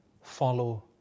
follow